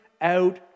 out